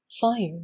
fire —